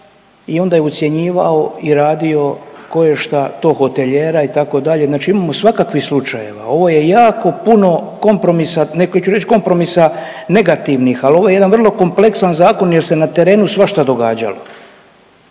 i onda je ucjenjivao i radio ko je šta, tog hotelijera itd., znači imamo svakakvih slučajeva, ovo je jako puno kompromisa…/Govornik se ne razumije/… reć kompromisa negativnih, al ovo je jedan vrlo kompleksan zakon jer se na terenu svašta događalo.